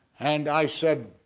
and i said,